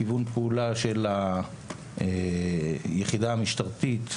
כיוון פעולה של היחידה המשטרתית,